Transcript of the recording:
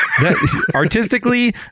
artistically